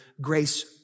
grace